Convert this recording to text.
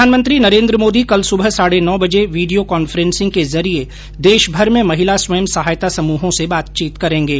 प्रधानमंत्री नरेन्द्र मोदी कल सुबह साढ़े नौ बजे वीडियो कान्फ्रेसिंग के जरिए देशभर में महिला स्वयं सहायता समूहों से बातचीत करेंगे